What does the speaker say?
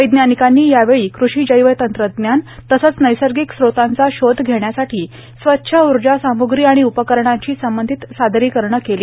वैज्ञानिकांनी यावेळी कृषी जैव तंत्रज्ञान तसंच नैसर्गिक स्रोतांचा शोध घेण्यासाठी स्वच्छ उर्जा साम्ग्री आणि उपकरणांशी संबंधित सादरीकरणं केली